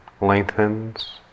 lengthens